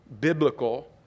biblical